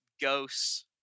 ghosts